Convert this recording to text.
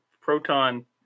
proton